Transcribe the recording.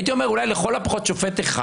הייתי אומר אולי: לכל הפחות שופט אחד,